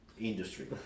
industry